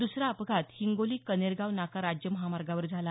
दुसरा अपघात हिंगोली कनेरगाव नाका राज्य महामार्गावर झाला